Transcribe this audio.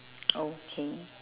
okay